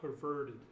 perverted